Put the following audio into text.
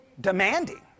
Demanding